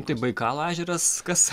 tai baikalo ežeras kas